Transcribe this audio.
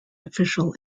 official